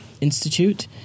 Institute